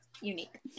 unique